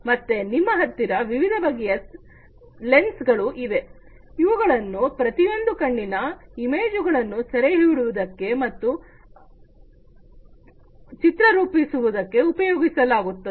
ಮತ್ತೆ ನಿಮ್ಮ ಹತ್ತಿರ ವಿವಿಧ ಬಗೆಯ ಲೆನ್ಸುಗಳು ಇದೆ ಇವುಗಳನ್ನು ಪ್ರತಿಯೊಂದು ಕಣ್ಣಿನ ಇಮೇಜುಗಳನ್ನು ಸೆರೆ ಹಿಡಿಯುವುದಕ್ಕೆ ಮತ್ತು ಚಿತ್ರ ರೂಪಿಸುವುದಕ್ಕೆ ಉಪಯೋಗಿಸಲಾಗುತ್ತದೆ